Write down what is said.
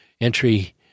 entry